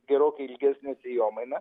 gerokai ilgesne sėjomaina